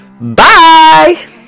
bye